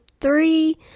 three